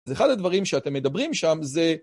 ואחד הדברים שאתם מדברים שם זה...